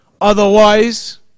otherwise